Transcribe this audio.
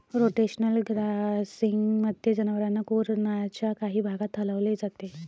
rotational ग्राझिंगमध्ये, जनावरांना कुरणाच्या काही भागात हलवले जाते